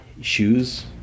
shoes